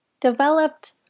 developed